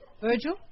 Virgil